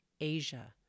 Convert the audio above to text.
Asia